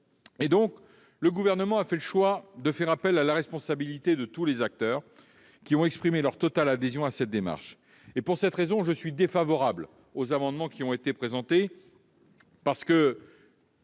l'ACTA. Le Gouvernement a fait le choix d'en appeler à la responsabilité de tous les acteurs, qui ont exprimé leur totale adhésion à cette démarche. Pour cette raison, je suis défavorable aux amendements qui ont été présentés.